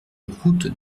route